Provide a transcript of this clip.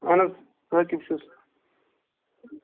اَہَن حظ عاقِب چھُس